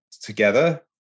together